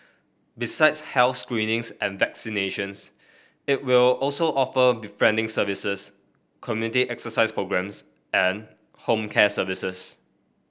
besides health screenings and vaccinations it will also offer befriending services community exercise programmes and home care services